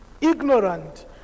ignorant